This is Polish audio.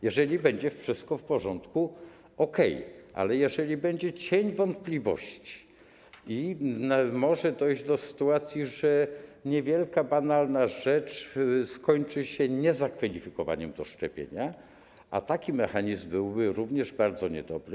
Jeżeli będzie wszystko w porządku, to OK, ale jeżeli będzie cień wątpliwości i może dojść do sytuacji, że przez niewielką, banalną rzecz skończy się to niezakwalifikowaniem do szczepienia, to taki mechanizm byłby również bardzo niedobry.